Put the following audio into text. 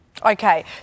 Okay